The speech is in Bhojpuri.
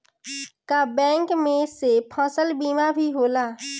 का बैंक में से फसल बीमा भी होला?